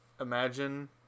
imagine